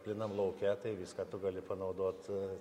plynam lauke tai viską tu gali panaudot